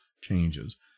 Changes